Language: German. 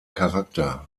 charakter